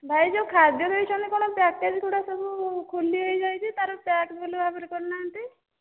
ଭାଇ ଯେଉଁ ଖାଦ୍ୟ ଦେଇଛନ୍ତି କଣ ପ୍ୟାକେଜ୍ ଗୁଡ଼ା ସବୁ ଖୋଲି ହୋଇଯାଇଛି ତା'ର ପ୍ୟାକ୍ ଭଲ ଭାବରେ କରିନାହାନ୍ତି